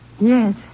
Yes